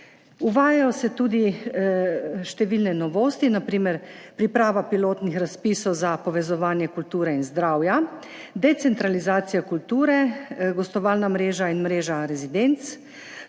Uvajajo se tudi številne novosti, na primer priprava pilotnih razpisov za povezovanje kulture in zdravja, decentralizacija kulture, gostovalna mreža in mreža rezidenc,